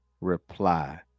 reply